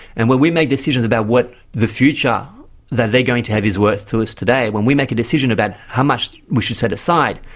and when we make decisions about what the future that they are going to have is worth to us today, when we make a decision about how much we should set aside,